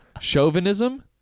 Chauvinism